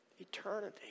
Eternity